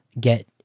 get